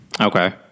Okay